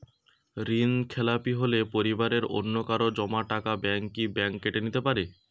ঋণখেলাপি হলে পরিবারের অন্যকারো জমা টাকা ব্যাঙ্ক কি ব্যাঙ্ক কেটে নিতে পারে?